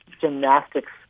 gymnastics